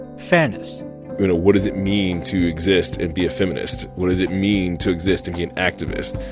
fairness you know, what does it mean to exist and be a feminist? what does it mean to exist and be an activist?